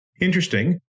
Interesting